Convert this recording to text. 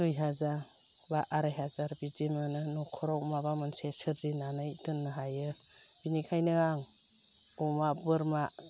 दुइ हाजार बा आराय हाजार बिदि मोनो नखराव माबा मोनसे सोरजिनानै दोननो हायो बिनिखायनो आं अमा बोरमा